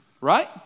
Right